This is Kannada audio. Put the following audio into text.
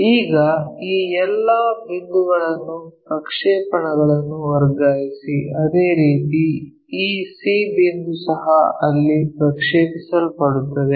ಈಗ ಈ ಎಲ್ಲಾ ಬಿಂದುಗಳನ್ನು ಪ್ರಕ್ಷೇಪಣಗಳನ್ನು ವರ್ಗಾಯಿಸಿ ಅದೇ ರೀತಿ ಈ c ಬಿಂದು ಸಹ ಅಲ್ಲಿ ಪ್ರಕ್ಷೇಪಿಸಲ್ಪಡುತ್ತವೆ